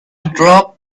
dropped